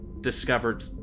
discovered